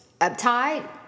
uptight